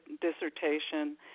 dissertation